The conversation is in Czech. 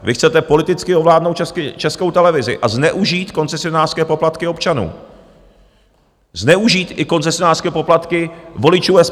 Vy chcete politicky ovládnout Českou televizi a zneužít koncesionářské poplatky občanů, zneužít i koncesionářské poplatky voličů SPD!